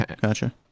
Gotcha